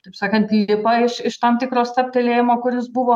taip sakant lipa iš iš tam tikro stabtelėjimo kuris buvo